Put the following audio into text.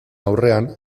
aurrean